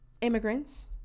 immigrants